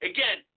Again